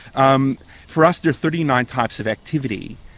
um for us there are thirty nine types of activity,